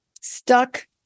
stuck